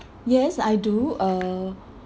yes I do uh